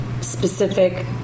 specific